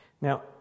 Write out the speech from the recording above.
Now